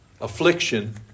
Affliction